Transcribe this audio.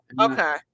Okay